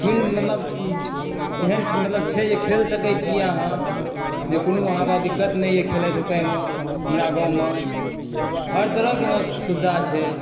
field मतलब एहन मतलब छै जे खेल सकै छी अहाँ जे कोनो अहाँके दिक्कत नहि यऽ खेलै धुपैमे हमरा गाँवमे हर तरहके मतलब सुविधा छै